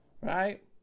right